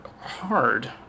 hard